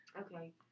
Okay